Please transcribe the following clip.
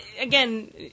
again